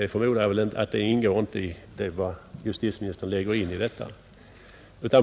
Jag förmodar att det väl inte ingår i vad justitieministern lägger in i nämnda uttryck.